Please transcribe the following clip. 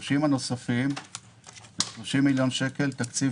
ה-30 מיליון שקל הנוספים זה תקציב